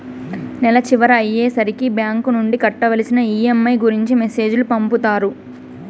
నెల చివర అయ్యే సరికి బ్యాంక్ నుండి కట్టవలసిన ఈ.ఎం.ఐ గురించి మెసేజ్ లు పంపుతారు